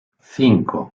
cinco